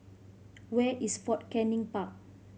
where is Fort Canning Park